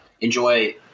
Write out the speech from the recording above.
Enjoy